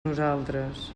nosaltres